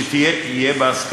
שזה יהיה בהסכמה.